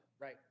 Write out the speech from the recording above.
Right